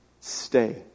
stay